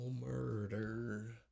murder